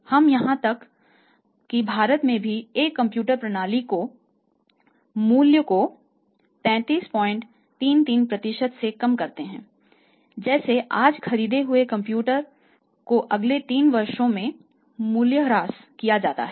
हम यहां तक भारत में भी एक कंप्यूटर प्रणाली की मूल्य को 3333 से कम करते हैं जैसे आज खरीदे गए कंप्यूटर को अगले 3 वर्षों में मूल्यह्रास किया जाता है